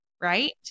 right